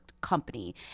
company